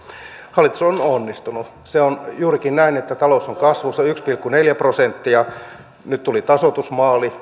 hallitus on on onnistunut se on juurikin näin että talous on kasvussa yksi pilkku neljä prosenttia nyt tuli tasoitusmaali